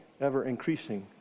ever-increasing